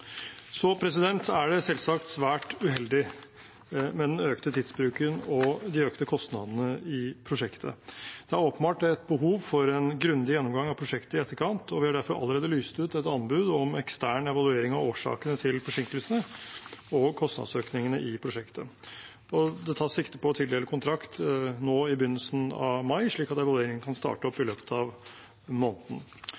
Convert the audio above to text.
er det selvsagt svært uheldig med den økte tidsbruken og de økte kostnadene i prosjektet. Det er åpenbart et behov for en grundig gjennomgang av prosjektet i etterkant, og vi har derfor allerede lyst ut et anbud om ekstern evaluering av årsakene til forsinkelsene og kostnadsøkningene i prosjektet. Det tas sikte på å tildele kontrakt nå i begynnelsen av mai, slik at evalueringen kan starte opp i